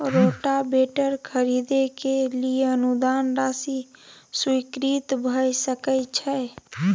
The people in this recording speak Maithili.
रोटावेटर खरीदे के लिए अनुदान राशि स्वीकृत भ सकय छैय?